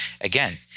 Again